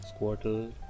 Squirtle